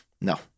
no